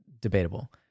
debatable